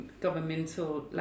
governmental